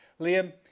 Liam